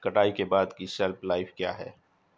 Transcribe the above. कटाई के बाद की शेल्फ लाइफ क्या है?